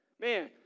Man